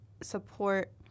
support